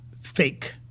fake